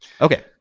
okay